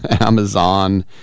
Amazon